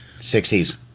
60s